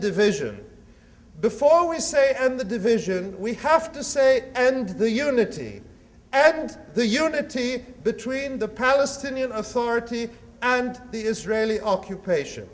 division before we say and the division we have to say and the unity and the unity between the palestinian authority and the israeli occupation